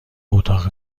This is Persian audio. اتاق